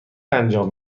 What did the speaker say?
انجام